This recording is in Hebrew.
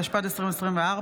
התשפ"ד 2024,